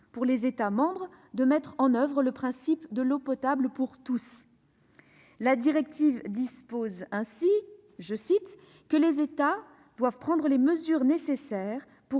pour les États membres de mettre en oeuvre le principe de l'eau potable pour tous. La directive dispose ainsi que « les États prennent les mesures nécessaires pour